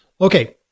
Okay